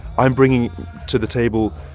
i'm bringing to the table,